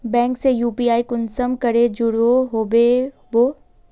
Bank से UPI कुंसम करे जुड़ो होबे बो?